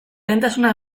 lehentasuna